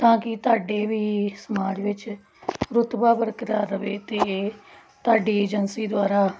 ਤਾਂ ਕਿ ਤੁਹਾਡੇ ਵੀ ਸਮਾਜ ਵਿੱਚ ਰੁਤਬਾ ਬਰਕਰਾਰ ਰਹੇ ਅਤੇ ਤੁਹਾਡੀ ਏਜੰਸੀ ਦੁਆਰਾ